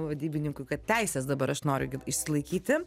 vadybininkui kad teises dabar aš noriu gi išsilaikyti